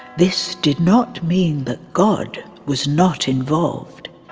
this did not mean that god was not involved.